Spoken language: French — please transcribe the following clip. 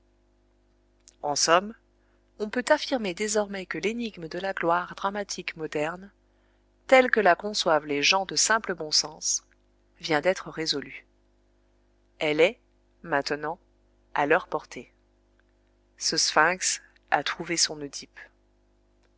en somme on peut affirmer désormais que l'énigme de la gloire dramatique moderne telle que la conçoivent les gens de simple bon sens vient d'être résolue elle est maintenant à leur portée ce sphinx a trouvé son œdipe